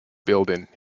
building